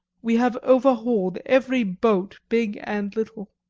we have over-hauled every boat, big and little.